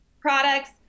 products